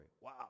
Wow